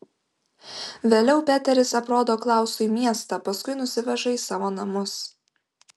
vėliau peteris aprodo klausui miestą paskui nusiveža į savo namus